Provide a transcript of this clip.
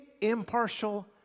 impartial